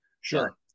Sure